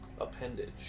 appendage